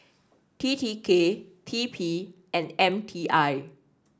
T T K T P and M T I